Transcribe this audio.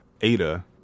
Ada